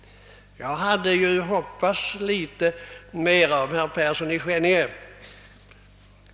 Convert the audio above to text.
Jag hade hoppats litet mer av herr Persson i Skänninge.